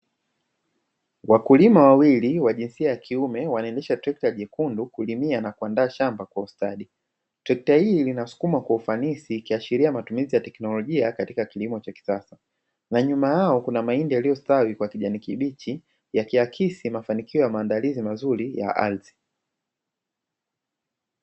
Wakulima wawili wa jinsia ya kiume wanaendesha trekta jekundu kulimia na kuandaa shamba kwa ustadi trekta hii linasukuma kwa ufanisi kiashiria matumizi ya teknolojia katika kilimo cha kisasa. Na nyuma yao kuna mahindi yaliyostawi kwa kijani kibichi yakiakisi mafanikio ya maandalizi mazuri ya ardhi.